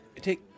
Take